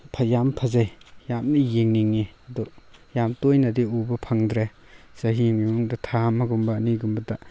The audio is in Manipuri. ꯌꯥꯝ ꯐꯖꯩ ꯌꯥꯝꯅ ꯌꯦꯡꯅꯤꯡꯉꯤ ꯑꯗꯣ ꯌꯥꯝ ꯇꯣꯏꯅꯗꯤ ꯎꯕ ꯐꯪꯗ꯭ꯔꯦ ꯆꯍꯤ ꯑꯃꯒꯤ ꯃꯅꯨꯡꯗ ꯊꯥ ꯑꯃꯒꯨꯝꯕ ꯑꯅꯤꯒꯨꯝꯕꯇ